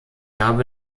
habe